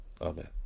amen